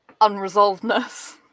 unresolvedness